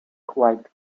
quite